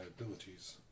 abilities